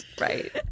Right